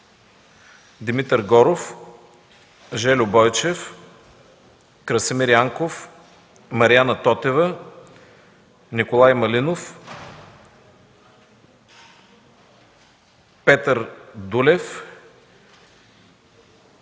Димитър Горов, Жельо Бойчев, Красимир Янков, Мариана Тотева, Николай Малинов, Петър Дулев